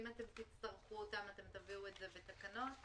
אם תצטרכו אותן, תביאו את זה בתקנות?